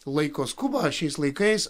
laiko skubą šiais laikais